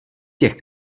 těch